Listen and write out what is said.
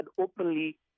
openly